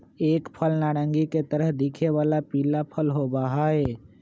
एक फल नारंगी के तरह दिखे वाला पीला फल होबा हई